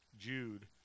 Jude